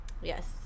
Yes